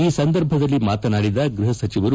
ಈ ಸಂದರ್ಭದಲ್ಲಿ ಮಾತನಾಡಿದ ಗೃಹ ಸಚಿವರು